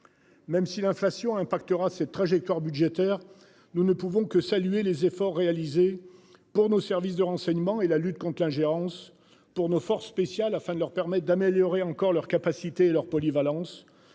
Même si l'inflation hein. Il y aura cette trajectoire budgétaire. Nous ne pouvons que saluer les efforts réalisés pour nos services de renseignement et la lutte contre l'ingérence pour nos forces spéciales afin de leur permettre d'améliorer encore leur capacité leur polyvalence